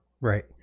Right